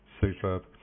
superb